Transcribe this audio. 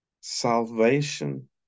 Salvation